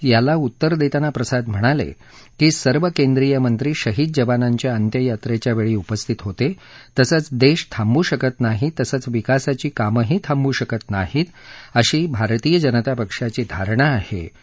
त्याला उत्तर देताना प्रसाद म्हणाले की सर्व केंद्रीय मंत्री शहीद जवानांच्या अंत्ययात्रेच्या वेळी उपस्थित होतं तसंच देश थांबू शकत नाही तसंच विकासाची काम ही थांबू शकत नाहीत अशी भारतीय जनता पक्षाची धारणा आहे असंही त्यांनी स्पष्ट केलं